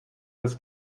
das